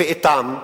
אפי איתם,